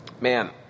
Man